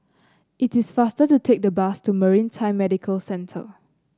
it is faster to take the bus to Maritime Medical Centre